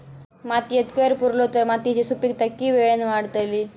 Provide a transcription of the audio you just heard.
मातयेत कैर पुरलो तर मातयेची सुपीकता की वेळेन वाडतली?